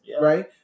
right